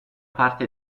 parte